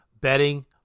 betting